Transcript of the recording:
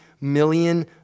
million